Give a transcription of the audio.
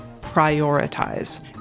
prioritize